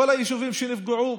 כל היישובים שנפגעו,